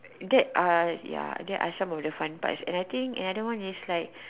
that are ya that are some of the fun parts and I think another one is like